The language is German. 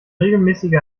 regelmäßige